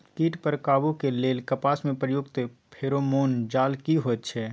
कीट पर काबू के लेल कपास में प्रयुक्त फेरोमोन जाल की होयत छै?